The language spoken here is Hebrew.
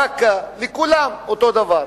באקה, לכולם אותו דבר.